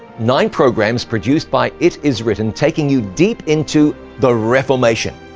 nine programs produced by it is written taking you deep into the reformation.